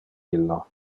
illo